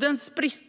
Den